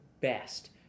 best